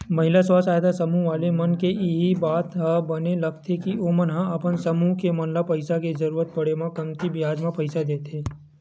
महिला स्व सहायता समूह वाले मन के इही बात ह बने लगथे के ओमन ह अपन समूह के मन ल पइसा के जरुरत पड़े म कमती बियाज म पइसा देथे